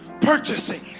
purchasing